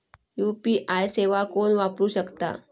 UPI सेवा कोण वापरू शकता?